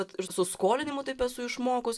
kad ir su skolinimu taip esu išmokus